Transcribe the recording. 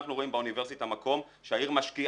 אנחנו רואים באוניברסיטה מקום שהעיר משקיעה,